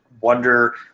wonder-